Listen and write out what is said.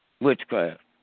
Witchcraft